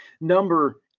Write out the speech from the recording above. number